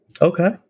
Okay